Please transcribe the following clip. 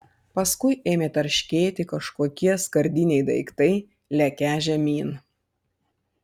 paskui ėmė tarškėti kažkokie skardiniai daiktai lekią žemyn